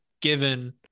given